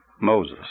Moses